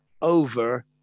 over